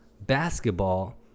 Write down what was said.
basketball